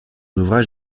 ouvrage